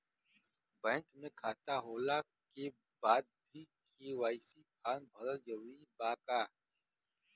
Bank में खाता होला के बाद भी के.वाइ.सी फार्म भरल जरूरी बा का?